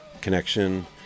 connection